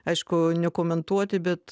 aišku nekomentuoti bet